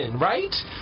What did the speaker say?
right